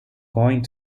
going